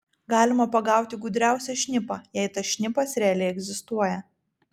galima pagauti gudriausią šnipą jei tas šnipas realiai egzistuoja